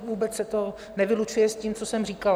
Vůbec se to nevylučuje s tím, co jsem říkala.